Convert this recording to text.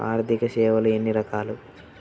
ఆర్థిక సేవలు ఎన్ని రకాలు?